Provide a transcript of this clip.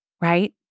right